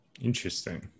Interesting